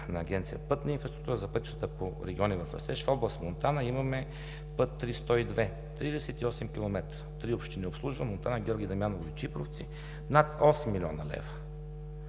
на Агенция „Пътна инфраструктура“. За пътищата по „Региони в растеж“ – в област Монтана, имаме път III-102 – 38 км, три общини обслужва – Монтана, Георги Дамяново и Чипровци, над 8 млн. лв.